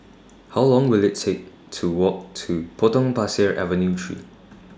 How Long Will IT Take to Walk to Potong Pasir Avenue three